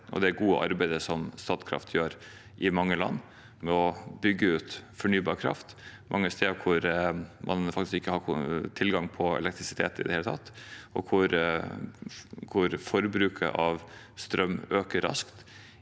det gode arbeidet som Statkraft gjør i mange land med å bygge ut fornybar kraft mange steder hvor man faktisk ikke har tilgang på elektrisitet i det hele tatt, og hvor forbruket av strøm øker raskt